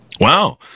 Wow